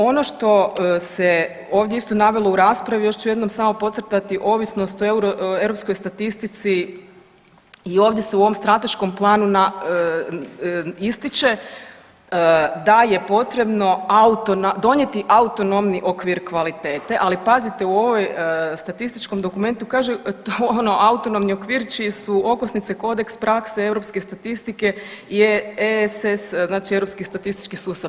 Ono što se ovdje isto navelo u raspravi, još ću jednom samo podcrtati ovisnost o europskoj statistici i ovdje se u ovom strateškom planu ističe da je potrebno donijeti autonomni okvir kvalitete, ali pazite u ovom statističkom dokumentu kažu to je ono autonomni okvir čije su okosnice kodeks prakse europske statistike je ESS, znači Europski statistički sustav.